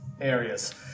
areas